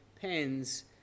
pens